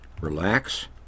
Relax